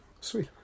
Sweet